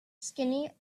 skinny